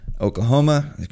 Oklahoma